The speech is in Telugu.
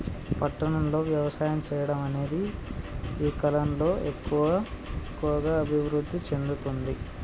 పట్టణం లో వ్యవసాయం చెయ్యడం అనేది ఈ కలం లో ఎక్కువుగా అభివృద్ధి చెందుతుంది